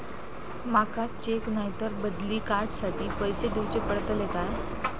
माका चेक नाय तर बदली कार्ड साठी पैसे दीवचे पडतले काय?